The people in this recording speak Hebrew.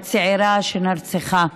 הצעירה שנרצחה.